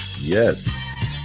yes